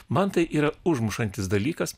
man tai yra užmušantis dalykas